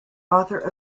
author